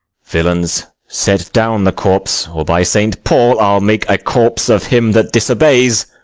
villains, set down the corse or, by saint paul, i'll make a corse of him that disobeys!